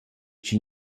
chi